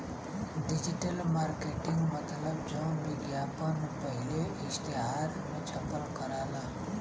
digital marketing मतलब जौन विज्ञापन पहिले इश्तेहार मे छपल करला